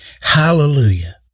Hallelujah